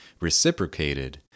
reciprocated